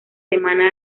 semana